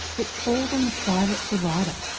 it falls on the private provider.